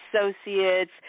associates